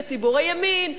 בציבור הימין,